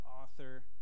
author